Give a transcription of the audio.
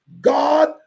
God